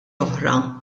oħra